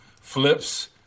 flips